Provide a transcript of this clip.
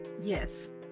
Yes